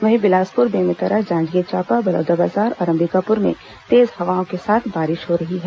वहीं बिलासपुर बेमेतरा जांजगीर चांपा बलौदाबाजार और अंबिकापुर में तेज हवाओं के साथ बारिश हो रही है